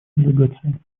делегации